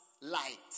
light